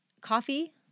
coffee